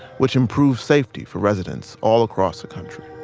which improved safety for residents all across the country